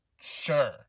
sure